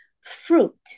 fruit